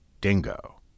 dingo